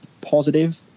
positive